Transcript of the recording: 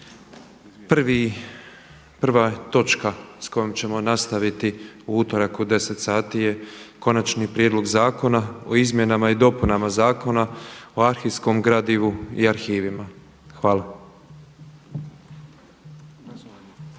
Prva točka s kojom ćemo nastaviti u utorak u 10,00 sati je Konačni prijedlog zakona o izmjenama i dopunama Zakona o arhivskom gradivu i arhivima. Hvala.